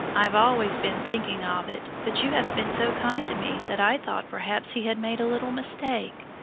i've always been thinking of it, but you have been so kind to me that i thought perhaps he had made a little mistake.